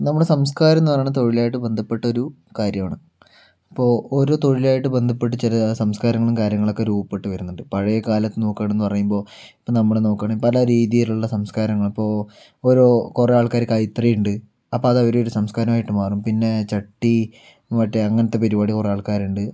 നമ്മുടെ സംസ്ക്കാരം എന്നു പറയുന്ന തൊഴിലുമായിട്ട് ബന്ധപ്പെട്ട ഒരു കാര്യമാണ് ഇപ്പോൾ ഓരോ തൊഴിലുമായിട്ട് ബന്ധപ്പെട്ട് ചില സംസ്കാരങ്ങളും കാര്യങ്ങളും ഒക്കെ രൂപപ്പെട്ട് വരുന്നുണ്ട് പഴയ കാലം നോക്കുകയാണെന്ന് പറയുമ്പോൾ ഇപ്പോൾ നമ്മൾ നോക്കുകയാണെങ്കിൽ പല രീതിയിലുള്ള സംസ്കാരങ്ങൾ അപ്പോൾ ഓരോ കുറെ ആൾക്കാർക്ക് കൈത്തറി ഉണ്ട് അപ്പോൾ അത് അവരെ ഒരു സംസ്കാരവുമായിട്ട് മാറും പിന്നെ ചട്ടി മറ്റേ അങ്ങനത്തെ പരുപാടി കുറെ ആൾക്കാരുണ്ട്